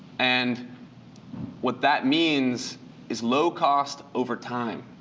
and what that means is low cost over time.